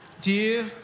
Dear